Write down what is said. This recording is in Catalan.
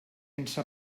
sense